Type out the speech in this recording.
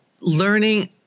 learning